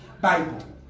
Bible